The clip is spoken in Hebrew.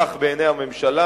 כך בעיני הממשלה,